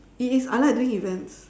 it is I like doing events